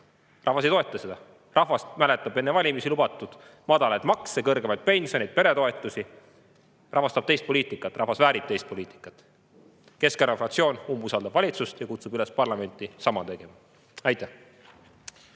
Rahvas ei toeta seda. Rahvas mäletab enne valimisi lubatud madalaid makse, kõrgemaid pensione, peretoetusi. Rahvas tahab teist poliitikat, rahvas väärib teist poliitikat. Keskerakonna fraktsioon umbusaldab valitsust ja kutsub parlamenti üles sama tegema. Aitäh!